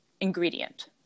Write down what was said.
ingredient